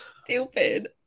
stupid